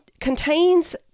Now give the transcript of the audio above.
contains